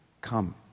Come